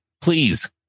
Please